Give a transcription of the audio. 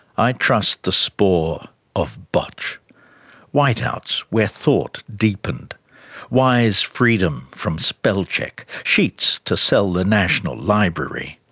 i trust the spoor of botch whiteouts where thought deepened wise freedom from spell check sheets to sell the national library.